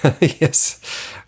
Yes